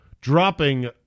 dropping